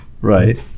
Right